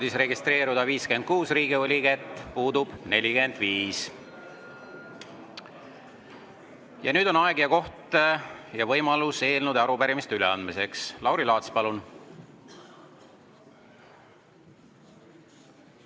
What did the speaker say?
45.Ja nüüd on aeg ja koht ja võimalus eelnõude ja arupärimiste üleandmiseks. Lauri Laats, palun!